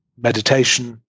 meditation